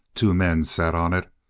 two men sat on it,